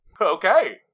Okay